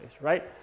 right